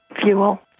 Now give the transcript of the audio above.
fuel